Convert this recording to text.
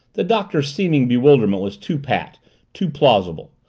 the doctor's seeming bewilderment was too pat too plausible.